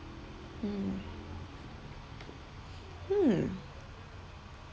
mm hmm